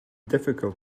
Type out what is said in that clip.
difficult